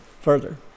further